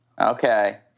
Okay